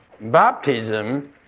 Baptism